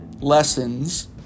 lessons